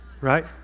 Right